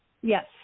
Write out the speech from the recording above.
Yes